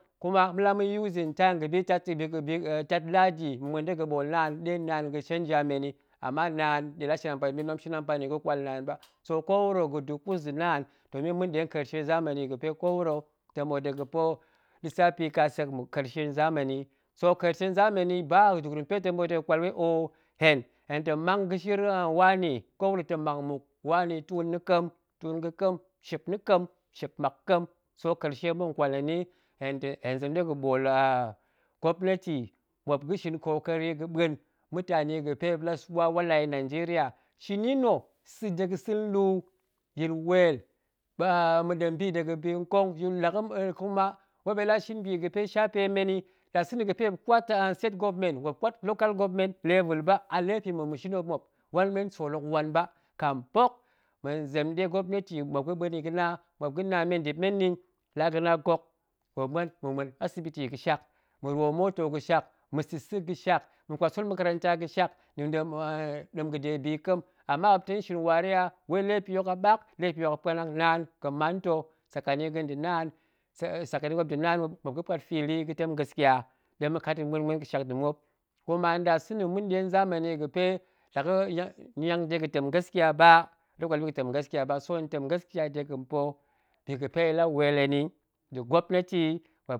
Kuma ma̱ɗe la ma̱ using time ga̱bi ntat nda̱ ɓit ga̱bi ntat ladi ma̱ muen dega̱ ɓool naan de naan ga̱ shenja men yi ama naan, nɗe la shin ampa ni ga̱ men ba, ma̱nɗe la ma̱ shin ampani ga̱ kwal naah ɓa so ko wuro ga̱da kus nda̱ naan domin ma̱nɗe nkarce zamani ga̱pe ko wuro ta̱ ɓoot dega̱ pa̱ lisapi kasek muk, karshen zamani, so karee zamani ɗa kwal wei oh, hen, hen tong mang ga̱shir wani ko wuro tong mang mmuk wani, tuun na kem tuun ga̱kem, shep so karce muk hen kwal hen ni, hen hen zem dega̱ ɓool a gwaopnet, muop ga̱shin koka ri ga̱ɓuen mutani ga̱pe muop nɗe la swa wala yi nanjeriya shini nna̱ sa̱ dega sa̱ nlu yir weel, kuma muop nɗe lashin bi ga̱pe shape men yi nɗasa̱na̱ ga̱pe muop kwat state government muop kwat local government level bai a laifi mov, ma̱shin yi mmuop, wan men sool hok wa ba, kambok hen zem ɗe gwop neti muop ga̱ ɓuen yi ga̱na muop ga̱na men ndip men nni, laa ga̱ la gok ma̱ muen asibiti ga̱shak ma̱ ruwo moto ga̱shak, ma̱sa̱sa̱ ga̱shak ma̱kwat sool makaranta ga̱ shak, ɗemga̱de bi kem, ama muop tong shin wariya wei laifi hok aɓak laifi hok apuanang, naan ga̱man ta̱ sakani ga̱ nda̱ naan saka ni muop nda̱ waan muop ga̱puat fili ga̱tem gaski ya doma kat yi ma̱ muen muen ga̱shiak nda̱ muop, kuma nɗasa̱na̱ ma̱nɗe za mani gɗpe, la ga̱niang de ga̱tem gaskiya ba, muop tang kwal yi ga̱tem gaskiya ba so hen tem gaskiya dega̱n pa̱ bi ga̱pe nɗe laweel hen yi ndɗ gwopneti muop